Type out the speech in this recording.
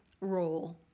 role